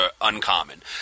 uncommon